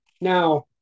Now